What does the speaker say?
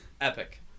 Epic